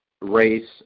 race